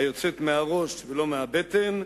היוצאת מהראש ולא מהבטן,